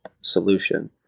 solution